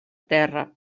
terra